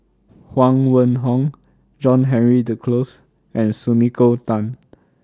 Huang Wenhong John Henry Duclos and Sumiko Tan